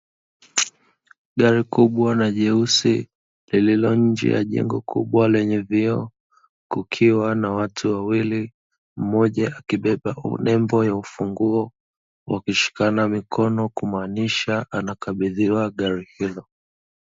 Gari kubwa na jeusi lililonje ya jengo kubwa lenye vioo, kukiwa na watu wawili, mmoja akibeba nembo ya funguo, wakishikana mikono kumaanisha anakabidhiwa gari hilo.